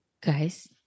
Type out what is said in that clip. Guys